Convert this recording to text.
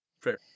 Fair